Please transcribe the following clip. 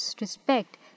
respect